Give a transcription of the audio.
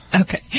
Okay